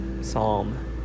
psalm